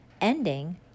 ending